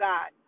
God